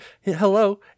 Hello